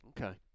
Okay